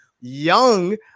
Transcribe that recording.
young